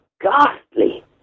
ghastly